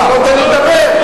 אתה לא נותן לי לדבר.